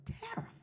terrified